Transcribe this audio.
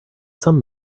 some